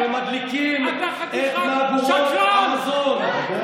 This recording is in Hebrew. ומדליקים את ממגורות המזון.